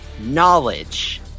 Knowledge